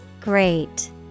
Great